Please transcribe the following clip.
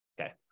Okay